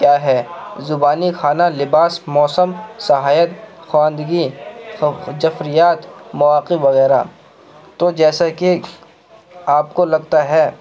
کیا ہے زبانیں کھانا لباس موسم سہایک خواندگی جفریات مواقع وغیرہ تو جیسا کہ آپ کو لگتا ہے